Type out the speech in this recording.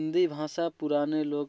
हिंदी भाषा पुराने लोग